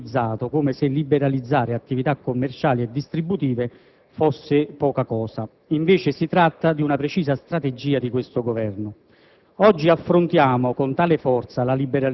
Alcuni commentatori, in questi mesi, hanno ironizzato, come se liberalizzare attività commerciali e distributive fosse poca cosa. Invece si tratta di una precisa strategia di questo Governo.